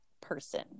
person